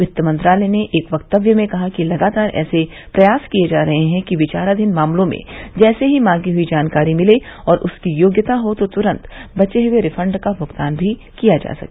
वित्त मंत्रालय ने एक वक्तव्य में कहा कि लगातार ऐसे प्रयास किए जा रहे हैं कि विचाराधीन मामलों में जैसे ही मांगी हुई जानकारी मिले और उसकी योग्यता हो तो तुरन्त बचे हुए रिफंड का भुगतान भी किया जा सके